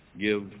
give